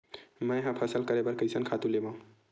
मैं ह फसल करे बर कइसन खातु लेवां?